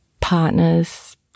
partners